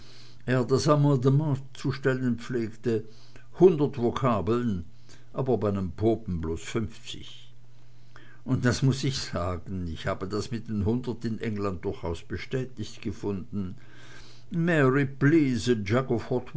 zu stellen pflegte hundert vokabeln aber bei nem popen bloß fünfzig und das muß ich sagen ich habe das mit den hundert in england durchaus bestätigt gefunden mary